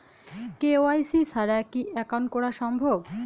KYC ছাড়া কি account করা সম্ভব?